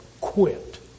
quit